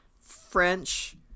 French